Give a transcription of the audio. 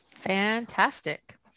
Fantastic